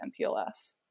MPLS